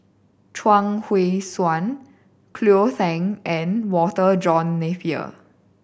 Chuang Hui Tsuan Cleo Thang and Walter John Napier